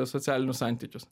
socialinius santykius